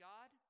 God